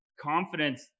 confidence